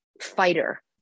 fighter